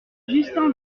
justin